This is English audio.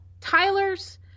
Tyler's